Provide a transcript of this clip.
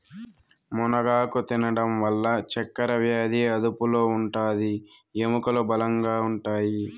మునగాకు తినడం వల్ల చక్కరవ్యాది అదుపులో ఉంటాది, ఎముకలు బలంగా ఉంటాయి